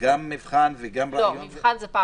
גם מבחן וגם ראיון.